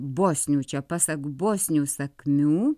bosnių čia pasak bosnių sakmių